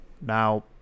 Now